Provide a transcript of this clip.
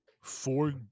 four